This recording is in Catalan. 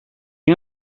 qui